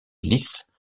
lisse